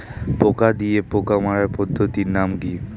পোকা দিয়ে পোকা মারার পদ্ধতির নাম কি?